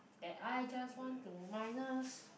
and I just want to minus